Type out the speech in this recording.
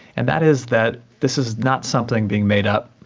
and that is that this is not something being made up,